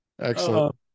excellent